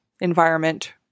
environment